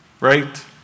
Right